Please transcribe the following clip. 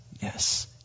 yes